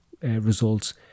results